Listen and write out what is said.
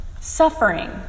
suffering